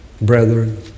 brethren